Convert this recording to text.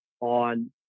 on